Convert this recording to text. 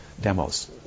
demos